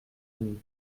une